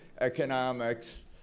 economics